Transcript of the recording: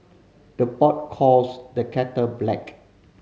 the pot calls the kettle black